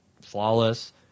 flawless